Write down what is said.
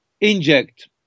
inject